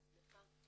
יש כבר, סליחה.